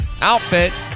outfit